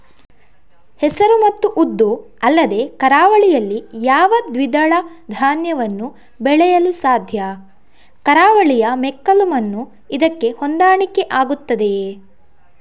ಹೆಸರು ಮತ್ತು ಉದ್ದು ಅಲ್ಲದೆ ಕರಾವಳಿಯಲ್ಲಿ ಯಾವ ದ್ವಿದಳ ಧಾನ್ಯವನ್ನು ಬೆಳೆಯಲು ಸಾಧ್ಯ? ಕರಾವಳಿಯ ಮೆಕ್ಕಲು ಮಣ್ಣು ಇದಕ್ಕೆ ಹೊಂದಾಣಿಕೆ ಆಗುತ್ತದೆಯೇ?